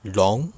long